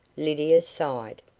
lydia sighed.